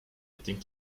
getting